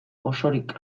osorik